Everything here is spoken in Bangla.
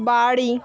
বাড়ি